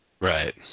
Right